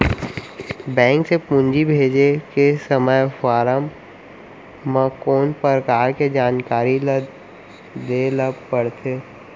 Bank से पूंजी भेजे के समय फॉर्म म कौन परकार के जानकारी ल दे ला पड़थे?